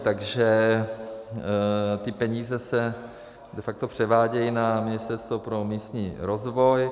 Takže ty peníze se de facto převádějí na Ministerstvo pro místní rozvoj.